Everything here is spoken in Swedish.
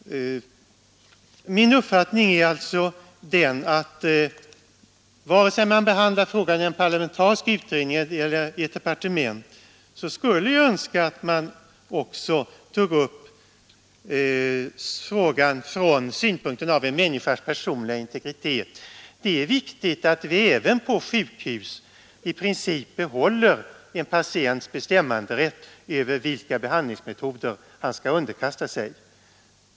Min uppfattning är alltså den att vare sig man behandlar frågan i en parlamentarisk utredning eller i ett departement, skulle jag önska att man också tog upp frågan från synpunkten av en människas personliga integritet. Det är viktigt att vi även på sjukhus i princip behåller en patients bestämmanderätt över vilka behandlingsmetoder han skall underkasta sig.